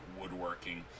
Woodworking